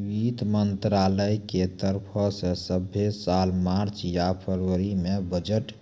वित्त मंत्रालय के तरफो से सभ्भे साल मार्च या फरवरी मे बजट